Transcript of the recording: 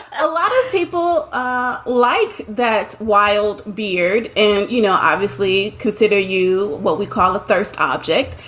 a lot of people ah like that wild beard and, you know, obviously consider you what we call the first object.